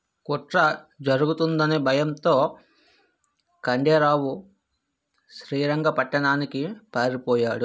కుట్ర జరుగుతుందనే భయంతో ఖండే రావు శ్రీరంగపట్టణానికి పారిపోయాడు